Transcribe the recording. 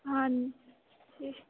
हाँ जी